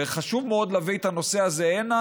וחשוב מאוד להביא את הנושא הזה הנה,